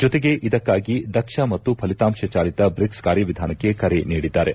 ಜತೆಗೆ ಇದಕ್ಕಾಗಿ ದಕ್ಷ ಮತ್ತು ಫಲಿತಾಂಶ ಚಾಲಿತ ಬ್ರಿಕ್ಸ್ ಕಾರ್ಯವಿಧಾನಕ್ಕೆ ಕರೆ ನೀಡಿದ್ದಾರೆ